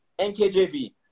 NKJV